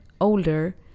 older